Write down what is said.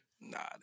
nah